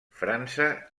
frança